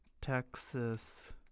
Texas